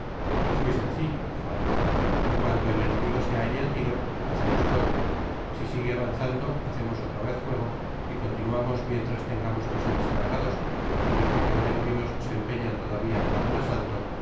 es muy sencillo dijo athos en cuanto el enemigo se halle á tiro hacemos fuego si sigue avanzando hacemos otra vez fuego y continuamos mientras tengamos fusiles cargados si los que quedaren vivos se empeñan todavía en dar un asalto